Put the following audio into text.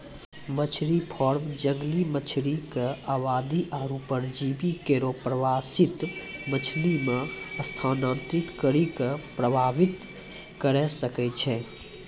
मछरी फार्म जंगली मछरी क आबादी आरु परजीवी केरो प्रवासित मछरी म स्थानांतरित करि कॅ प्रभावित करे सकै छै